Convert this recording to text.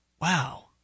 Wow